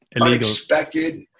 unexpected